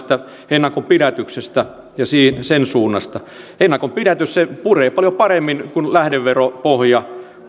ennakonpidätyksestä ja sen suunnasta ennakonpidätys puree paljon paremmin kuin lähdeveropohja